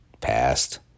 passed